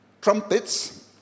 Trumpets